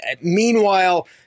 Meanwhile